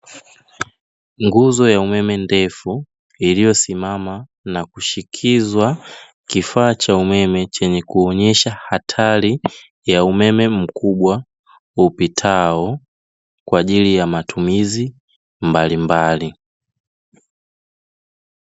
Nguzo ya umeme ndefu iliyosimama na kushikizwa kifaa cha umeme chenye kuonyesha hatari ya umeme mkubwa, upitao kwa ajili ya matumizi mbalimbali.